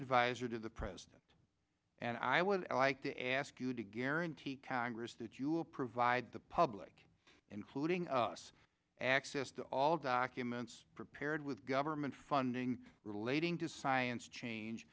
advisor to the president and i would like to ask you to guarantee congress that you will provide the public including us access to all documents prepared with government funding relating to science change